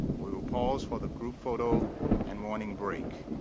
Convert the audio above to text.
we will pause for the group photoand and morning break.